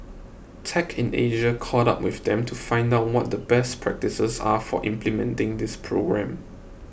tech in Asia caught up with them to find out what the best practices are for implementing this program